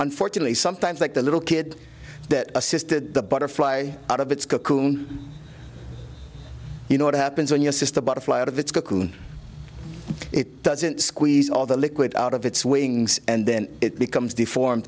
unfortunately sometimes like the little kid that assisted the butterfly out of its cocoon you know what happens when your sister butterfly out of its cocoon it doesn't squeeze all the liquid out of its wings and then it becomes deformed